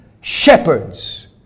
shepherds